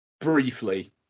Briefly